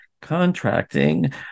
contracting